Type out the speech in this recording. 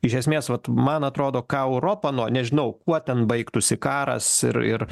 iš esmės vat man atrodo ką europa nuo nežinau kuo ten baigtųsi karas ir ir